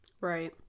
right